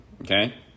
Okay